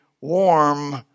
warm